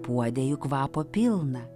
puode jų kvapo pilna